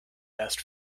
best